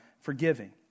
forgiving